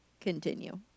Continue